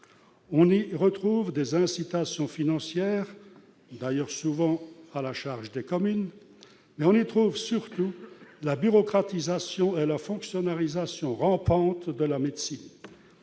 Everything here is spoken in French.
On y retrouve des incitations financières, d'ailleurs souvent à la charge des communes, mais on y trouve surtout la bureaucratisation et la fonctionnarisation rampante de la médecine.